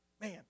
Man